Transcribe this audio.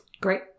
Great